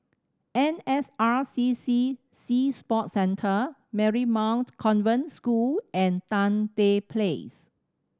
N S R C C Sea Sports Centre Marymount Convent School and Tan Tye Place